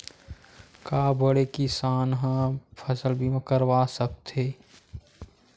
का बड़े किसान ह फसल बीमा करवा सकथे?